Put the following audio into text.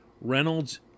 Reynolds